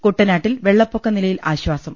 കൂട്ടനാട്ടിൽ വെള്ളപ്പൊക്ക നിലയിൽ ആശ്ചാസം